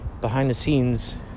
behind-the-scenes